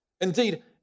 Indeed